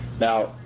Now